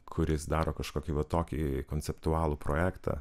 kuris daro kažkokį va tokį konceptualų projektą